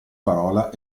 parola